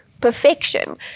perfection